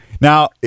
Now